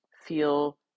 feel